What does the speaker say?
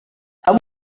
amb